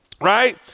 right